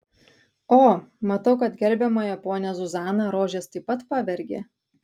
o matau kad gerbiamąją ponią zuzaną rožės taip pat pavergė